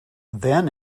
then